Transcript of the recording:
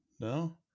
No